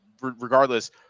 Regardless